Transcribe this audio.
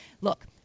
Look